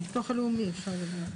מהביטוח הלאומי אפשר.